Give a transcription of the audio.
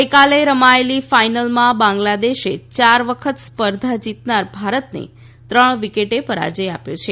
ગઇકાલે રમાયેલી ફાઇનલમાં બાંગ્લાદેશે ચાર વખત સ્પર્ધા જીતનાર ભારતને ત્રણ વિકેટ પરાજ્ય આપ્યો છે